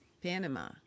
Panama